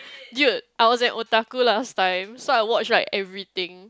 dude I was an otaku last time so I watched like everything